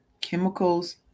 chemicals